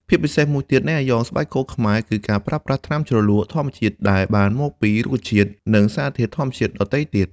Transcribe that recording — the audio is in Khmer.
ភាពពិសេសមួយទៀតនៃអាយ៉ងស្បែកគោខ្មែរគឺការប្រើប្រាស់ថ្នាំជ្រលក់ធម្មជាតិដែលបានមកពីរុក្ខជាតិនិងសារធាតុធម្មជាតិដទៃទៀត។